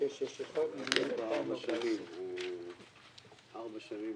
עברו מאז ארבע שנים.